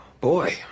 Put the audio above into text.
Boy